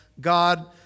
God